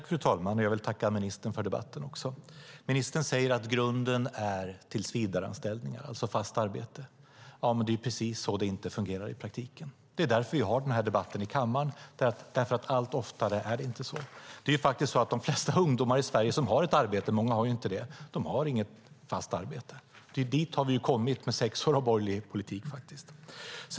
Fru talman! Jag tackar ministern för debatten. Ministern säger att grunden är tillsvidareanställningar, alltså fast arbete. Det är precis så det inte fungerar i praktiken. Vi har den här debatten i kammaren eftersom det allt oftare inte är så. De flesta ungdomar i Sverige som har ett arbete - många har ju inte det - har inte fast arbete. Det är dit vi har kommit med sex år av borgerlig politik.